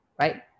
right